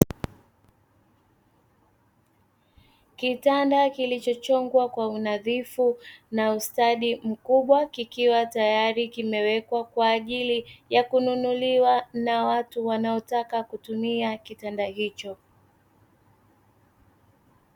Kitanda kilichochongwa kwa unadhifu na ustadi mkubwa, kikiwa kimewekwa tayrai kwa ajili ya kununuliwa na watu wanaotaka kutumia kitanda hicho.